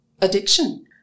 addiction